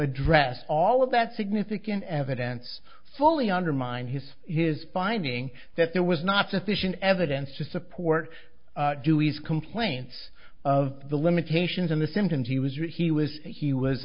address all of that significant evidence fully undermined his his finding that there was not sufficient evidence to support dewey's complaints of the limitations on the symptoms he was right he was he was